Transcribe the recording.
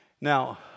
Now